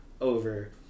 over